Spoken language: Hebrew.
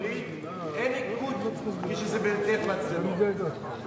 בארצות-הברית אין ניקוד כשזה דרך מצלמות,